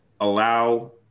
allow